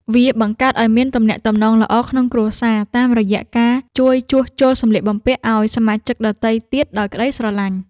វាបង្កើតឱ្យមានទំនាក់ទំនងល្អក្នុងគ្រួសារ តាមរយៈការជួយជួសជុលសម្លៀកបំពាក់ឱ្យសមាជិកដទៃទៀតដោយក្ដីស្រឡាញ់។